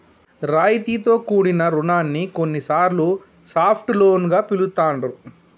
రాయితీతో కూడిన రుణాన్ని కొన్నిసార్లు సాఫ్ట్ లోన్ గా పిలుత్తాండ్రు